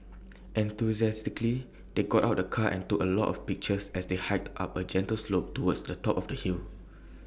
enthusiastically they got out the car and took A lot of pictures as they hiked up A gentle slope towards the top of the hill